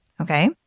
okay